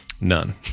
None